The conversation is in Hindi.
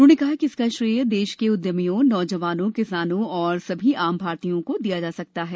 उन्होंने कहा कि इसका श्रेय देश के उदयमियों नौजवानों किसानों और सभी आम भारतीयों को दिया जा सकता है